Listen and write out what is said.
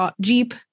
Jeep